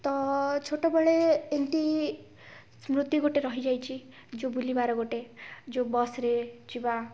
ତ ଛୋଟବେଳେ ଏମତି ସ୍ମୃତି ଗୋଟେ ରହିଯାଇଛି ଯେଉଁ ବୁଲିବାର ଗୋଟେ ଯେଉଁ ବସ୍ରେ ଯିବା